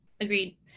agreed